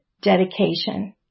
dedication